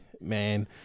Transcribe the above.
man